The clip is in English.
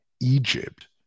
Egypt